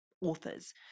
authors